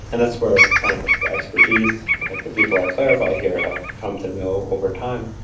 and that's where kind of the expertise, like the people at clarifai here have come to know overtime,